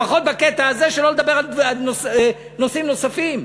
לפחות בקטע הזה, שלא לדבר על נושאים נוספים.